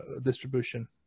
distribution